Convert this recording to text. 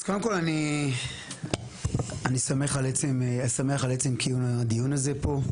אז קודם כול, אני שמח על עצם קיום הדיון הזה פה.